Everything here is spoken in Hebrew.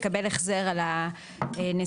לקבל החזר על הנסיעה.